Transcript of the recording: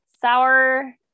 sour